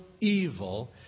evil